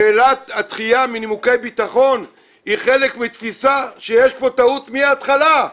שאלת הדחייה מנימוקי ביטחון היא חלק מתפיסה שיש בה טעות מההתחלה,